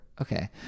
Okay